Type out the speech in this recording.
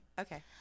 okay